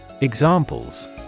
Examples